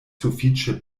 sufiĉe